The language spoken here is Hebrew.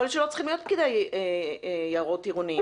יכול להיות שלא צריכים להיות פקידי יערות עירוניים.